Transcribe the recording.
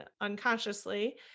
unconsciously